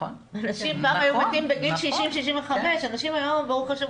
אנשים פעם היו מתים בגיל 65-60 והיום ברוך השם